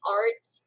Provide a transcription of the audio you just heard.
arts